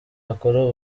akora